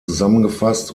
zusammengefasst